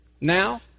Now